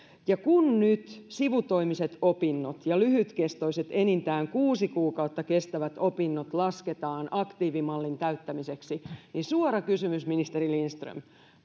kun nyt sivutoimiset opinnot ja lyhytkestoiset enintään kuusi kuukautta kestävät opinnot lasketaan aktiivimallin täyttämiseksi niin suora kysymys ministeri lindström